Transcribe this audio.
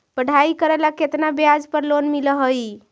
पढाई करेला केतना ब्याज पर लोन मिल हइ?